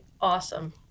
awesome